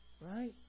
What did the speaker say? Right